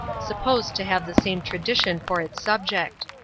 supposed to have the same tradition for its subject.